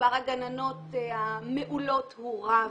מספר הגננות המעולות הוא רב.